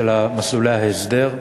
מסלולי ההסדר.